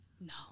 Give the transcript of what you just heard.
No